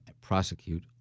prosecute